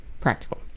Practical